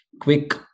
quick